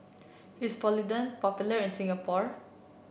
is Polident popular in Singapore